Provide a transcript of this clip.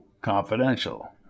Confidential